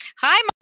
hi